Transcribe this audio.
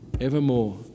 evermore